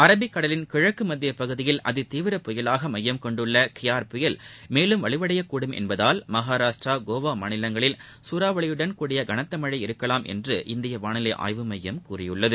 Arabic கடலின் கிழக்கு மத்திய பகுதியில் அதிதீவிர புயலாக மையம் கொண்டுள்ள கியார் புயல் மேலும் வலுவடையக்கூடும் என்பதால் மகாராஷ்டிரா கோவா மாநிலங்களில் சூறாவளியுடன் கூடிய கனத்த மழை இருக்கலாம் என்று இந்திய வானிலை ஆய்வு மையம் கூறியுள்ளது